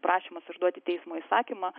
prašymas išduoti teismo įsakymą